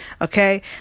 Okay